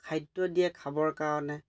খাদ্য দিয়ে খাবৰ কাৰণে